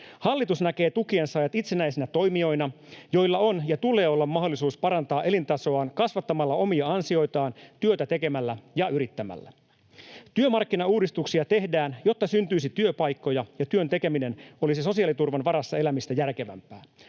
Hallitus näkee tukien saajat itsenäisinä toimijoina, joilla on ja tulee olla mahdollisuus parantaa elintasoaan kasvattamalla omia ansioitaan työtä tekemällä ja yrittämällä. Työmarkkinauudistuksia tehdään, jotta syntyisi työpaikkoja ja työn tekeminen olisi sosiaaliturvan varassa elämistä järkevämpää.